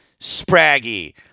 Spraggy